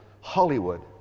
Hollywood